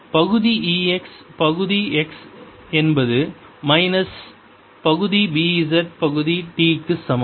பகுதி E y பகுதி x என்பது மைனஸ் பகுதி B z பகுதி t க்கு சமம்